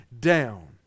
down